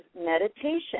meditation